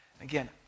Again